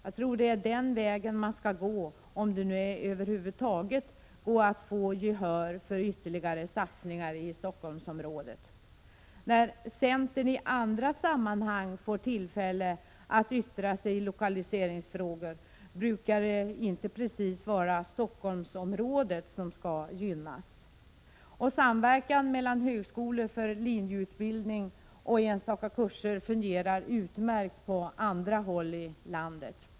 Jag tror det är den vägen man skall gå om det nu över huvud taget är möjligt att få gehör för ytterligare satsningar i Stockholmsområdet. När centern i andra sammanhang får tillfälle att yttra sig i lokaliseringsfrågor brukar det inte precis vara Stockholmsområdet som skall gynnas. Och samverkan mellan högskolor för linjeutbildning och enstaka kurser fungerar utmärkt på andra håll i landet.